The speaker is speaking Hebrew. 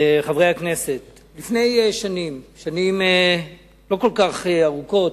חברי הכנסת, לפני שנים, שנים לא כל כך רבות,